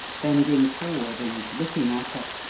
bending forward and looking at her,